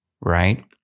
right